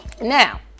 Now